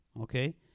okay